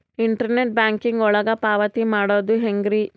Internet banking ಒಳಗ ಪಾವತಿ ಮಾಡೋದು ಹೆಂಗ್ರಿ?